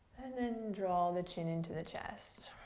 and then draw the chin into the chest,